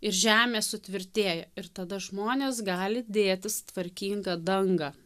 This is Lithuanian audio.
ir žemė sutvirtėja ir tada žmonės gali dėtis tvarkingą dangą